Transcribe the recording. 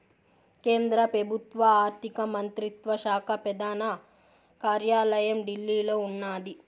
కేంద్ర పెబుత్వ ఆర్థిక మంత్రిత్వ శాక పెదాన కార్యాలయం ఢిల్లీలో ఉన్నాది